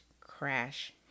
crash